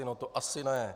No to asi ne.